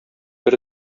бер